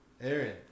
Aaron